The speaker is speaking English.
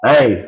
Hey